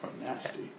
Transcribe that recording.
nasty